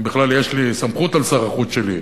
אם בכלל יש לי סמכות על שר החוץ שלי,